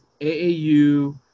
AAU